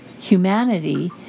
humanity